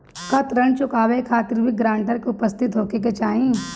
का ऋण चुकावे के खातिर भी ग्रानटर के उपस्थित होखे के चाही?